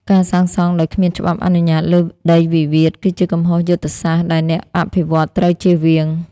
ការសាងសង់ដោយគ្មានច្បាប់អនុញ្ញាតលើដីវិវាទ គឺជាកំហុសយុទ្ធសាស្ត្រដែលអ្នកអភិវឌ្ឍន៍ត្រូវចៀសវាង។